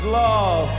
love